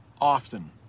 often